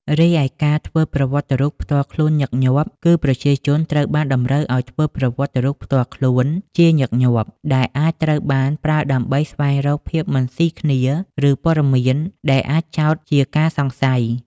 រីឯការធ្វើប្រវត្តិរូបផ្ទាល់ខ្លួនញឹកញាប់គឺ ប្រជាជនត្រូវបានតម្រូវឱ្យធ្វើប្រវត្តិរូបផ្ទាល់ខ្លួនជាញឹកញាប់ ដែលអាចត្រូវបានប្រើដើម្បីស្វែងរកភាពមិនស៊ីគ្នា ឬព័ត៌មានដែលអាចចោទជាការសង្ស័យ។